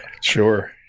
Sure